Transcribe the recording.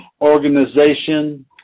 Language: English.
organization